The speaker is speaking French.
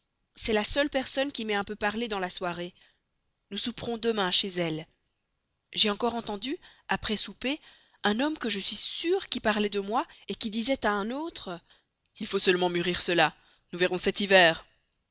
c'est la seule personne qui m'ait un peu parlé dans la soirée nous souperons demain chez elle j'ai encore entendu après souper un homme que je suis sûre qui parlait de moi qui disait à un autre il faut laisser mûrir cela nous verrons cet hiver